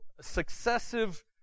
successive